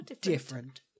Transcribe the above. different